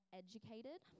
educated